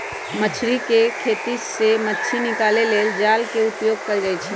मछरी कें खेति से मछ्री निकाले लेल जाल के उपयोग कएल जाइ छै